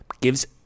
gives